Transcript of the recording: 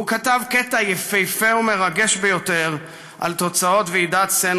הוא כתב קטע יפהפה ומרגש ביותר על תוצאות ועידת סן